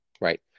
Right